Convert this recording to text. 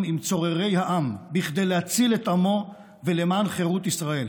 עם צוררי העם כדי להציל את עמו ולמען חירות ישראל,